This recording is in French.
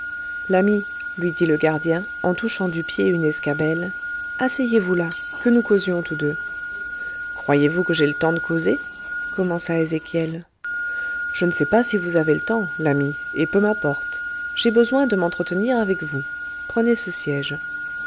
l'ami lui dit le gardien en touchant du pied une escabelle asseyez-vous là que nous causions tous deux croyez-vous que j'aie le temps de causer commença ezéchiel je ne sais pas si vous avez le temps l'ami et peu m'importe j'ai besoin de m'entretenir avec vous prenez ce siège